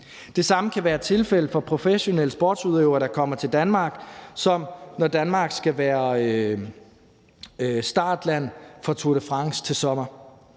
Det samme kan være tilfældet for professionelle sportsudøvere, der kommer til Danmark, som når Danmark skal være startland for Tour de France til sommer.